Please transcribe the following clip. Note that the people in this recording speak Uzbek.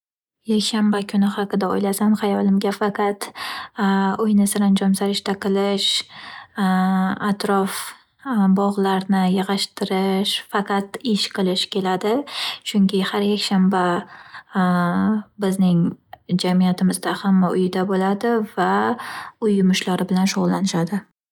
Yakshanba kuni haqida o’ylasam, hayolimga faqat uyni saranjon- sarishta qilish atrof bog’larni yig’ishtir faqat ish qilish keladi. Chunki har yakshanba bizning jamiyatimizda hamma uyida bo’ladi va uy yumushlari bilan shug’ullanishadi.